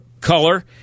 color